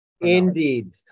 Indeed